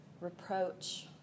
reproach